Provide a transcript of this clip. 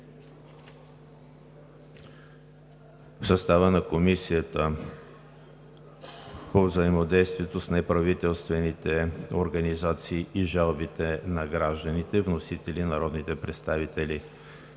в състава на Комисията по взаимодействието с неправителствените организации и жалбите на гражданите. Вносители са народните представители